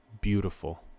beautiful